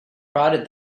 prodded